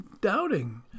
doubting